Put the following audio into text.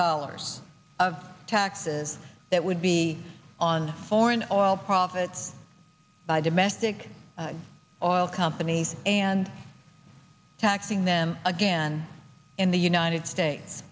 dollars of taxes that would be on foreign oil profits by domestic oil companies and taxing them again in the united states